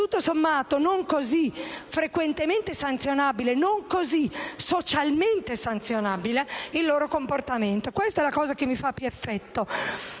tutto sommato, non così frequentemente sanzionabile, non così socialmente sanzionabile il loro comportamento. Questa è la cosa che mi fa più effetto.